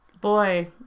Boy